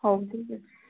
ହଉ ଠିକ୍ ଅଛି